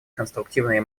конструктивные